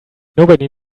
nobody